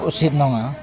उसिद नङा